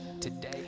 today